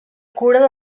cura